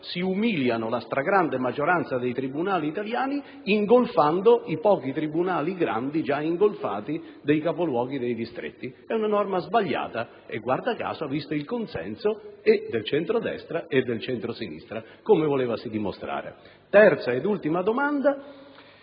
Si umilia la stragrande maggioranza dei tribunali italiani ingolfando i pochi tribunali grandi, già ingolfati, dei capoluoghi dei distretti. Si tratta - ripeto - di una norma sbagliata che, guarda caso, ha visto il consenso sia del centrodestra che del centrosinistra, come volevasi dimostrare. Terza ed ultima domanda: